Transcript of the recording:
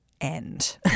end